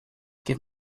give